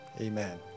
Amen